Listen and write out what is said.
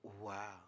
Wow